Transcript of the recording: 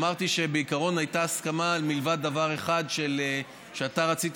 אמרתי שבעיקרון הייתה הסכמה מלבד דבר אחד: אתה רצית